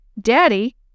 Daddy